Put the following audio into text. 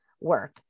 work